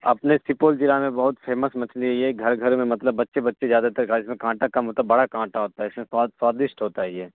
اپنے سپول ضلع میں بہت فیمس مچھلی ہے یہ گھر گھر میں مطلب بچے بچے زیادہ تر اس میں کانٹا کم ہوتا ہے بڑا کانٹا ہوتا ہے اس میں سواد سوادشٹ ہوتا ہے یہ